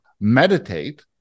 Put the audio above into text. meditate